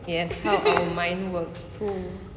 yes how our mind work too